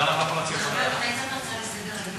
למה אני לא יכול להציע ועדה?